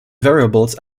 variables